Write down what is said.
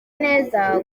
neza